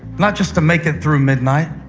not just to make it through midnight,